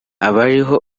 abariho